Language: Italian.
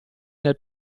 nel